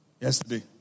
Yesterday